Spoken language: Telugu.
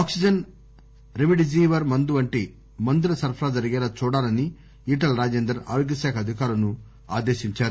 ఆక్పిజన్ రెమిడెసివిర్ మందు వంటి మందుల సరఫరా జరిగేలా చూడాలని ఈటెల రాజేందర్ ఆరోగ్యశాఖ అధికారులను ఆదేశించారు